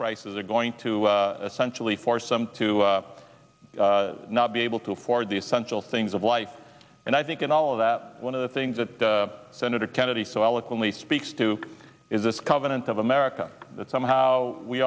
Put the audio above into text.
prices are going to essentially for some to not be able to afford the essential things of life and i think in all of that one of the things that senator kennedy so eloquently speaks to is this covenant of america that somehow we